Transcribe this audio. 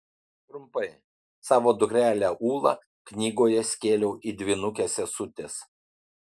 trumpai savo dukrelę ūlą knygoje skėliau į dvynukes sesutes